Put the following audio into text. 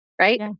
right